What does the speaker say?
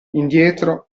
indietro